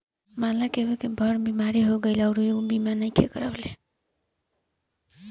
मानल केहु के बड़ बीमारी हो गईल अउरी ऊ बीमा नइखे करवले